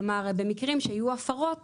כלומר לדאוג שבמקרים שיהיו הפרות